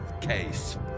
case